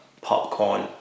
popcorn